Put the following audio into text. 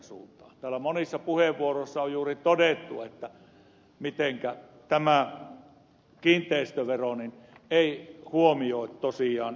täällä monissa puheenvuoroissa on juuri todettu mitenkä tämä kiinteistövero toki on muitakin veromuotoja ei huomioi tosiaan